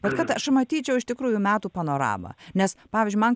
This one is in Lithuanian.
bet kad aš matyčiau iš tikrųjų metų panoramą nes pavyzdžiui man